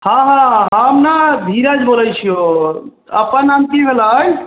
हँ हँ हम ने धीरज बोलै छियौ अपन नाम की होलै